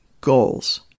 goals